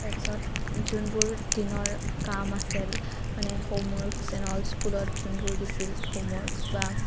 তাৰপাছত যোনবোৰ দিনৰ কাম আছিল মানে হোমৱৰ্ক্ছ এন অল স্কুলত যোনবোৰ দিছিল হোমৱৰ্ক্ছ বা